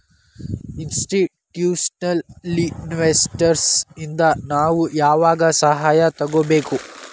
Institutional investors ಇಂದಾ ನಾವು ಯಾವಾಗ್ ಸಹಾಯಾ ತಗೊಬೇಕು?